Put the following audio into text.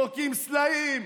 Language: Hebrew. זורקים סלעים.